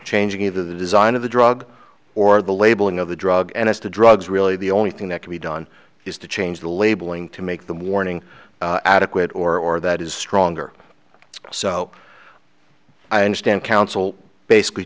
changing either the design of the drug or the labeling of the drug and as to drugs really the only thing that can be done is to change the labeling to make the warning adequate or or that is stronger so i understand counsel basically